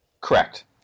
Correct